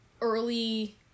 early